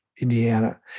Indiana